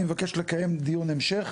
אני מבקש לקיים דיון המשך,